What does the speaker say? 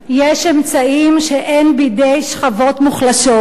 יש אמצעים שאין בידי שכבות מוחלשות.